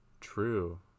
true